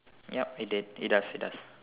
yup it did it does it does